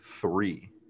Three